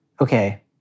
okay